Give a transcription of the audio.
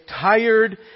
tired